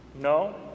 No